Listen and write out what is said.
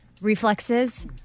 reflexes